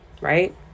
right